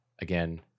Again